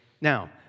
Now